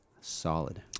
solid